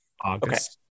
August